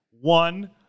One